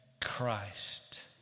Christ